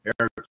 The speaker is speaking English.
Eric